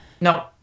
No